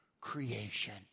creation